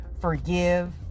Forgive